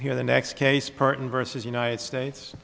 here the next case partner versus united states